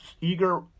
eager